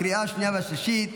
לקריאה השנייה והשלישית.